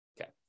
Okay